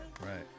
Right